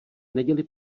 neděli